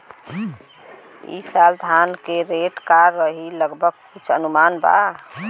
ई साल धान के रेट का रही लगभग कुछ अनुमान बा?